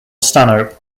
stanhope